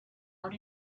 out